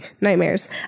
Nightmares